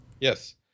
Yes